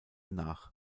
nach